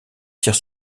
tire